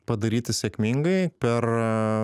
padaryti sėkmingai per